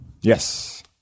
Yes